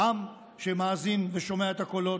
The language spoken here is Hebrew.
העם שמאזין ושומע את הקולות: